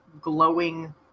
glowing